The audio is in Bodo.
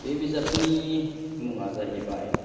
बे बिजाबनि मुङा जाहैबाय